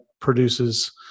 produces